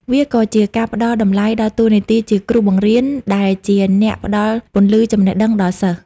វាក៏ជាការផ្ដល់តម្លៃដល់តួនាទីជាគ្រូបង្រៀន ដែលជាអ្នកផ្ដល់ពន្លឺចំណេះដឹងដល់សិស្ស។